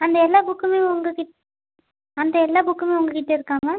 அந்த எல்லா புக்குமே உங்கள் கிட்டே அந்த எல்லா புக்குமே உங்கள் கிட்டே இருக்கா மேம்